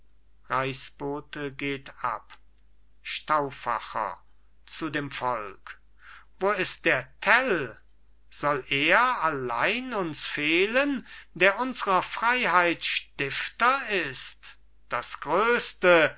stauffacher zu dem volk wo ist der tell soll er allein uns fehlen der unsrer freiheit stifter ist das größte